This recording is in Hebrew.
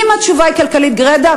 אם התשובה היא כלכלית גרידא,